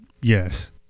yes